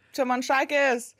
čia man šakės